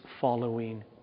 following